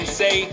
say